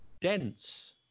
dense